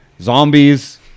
zombies